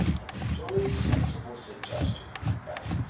and a jolly sensible suggestion, cried basil,